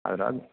அதனால்